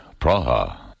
Praha